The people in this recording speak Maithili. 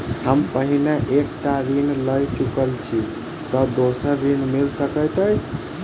हम पहिने एक टा ऋण लअ चुकल छी तऽ दोसर ऋण मिल सकैत अई?